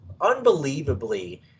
unbelievably